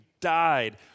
died